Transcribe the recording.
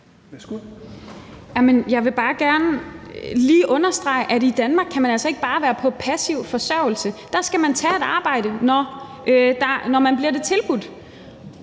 Jeg vil bare gerne lige understrege, at i Danmark kan man altså ikke bare være på passiv forsørgelse, for der skal man tage et arbejde, når man bliver tilbudt